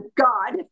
God